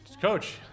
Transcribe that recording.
Coach